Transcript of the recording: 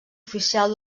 oficial